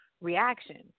reaction